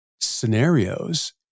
scenarios